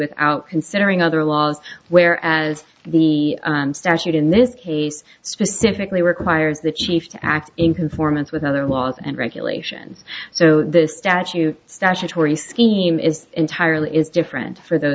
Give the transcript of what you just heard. without considering other laws where as the statute in this case specifically requires the chief to act in conformance with other laws and regulations so the statute statutory scheme is entirely is different for th